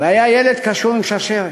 וילד קשור אליו בשרשרת,